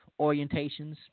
orientations